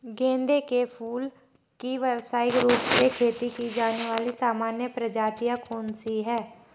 गेंदे के फूल की व्यवसायिक रूप से खेती की जाने वाली सामान्य प्रजातियां कौन सी है?